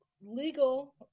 legal